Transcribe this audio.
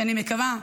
שאני מקווה,